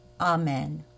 Amen